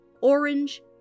orange